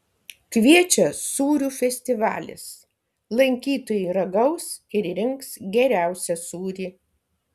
kviečia sūrių festivalis lankytojai ragaus ir rinks geriausią sūrį